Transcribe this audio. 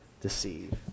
deceive